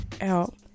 out